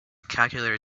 calculator